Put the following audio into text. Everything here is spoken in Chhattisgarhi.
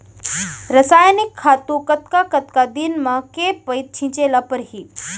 रसायनिक खातू कतका कतका दिन म, के पइत छिंचे ल परहि?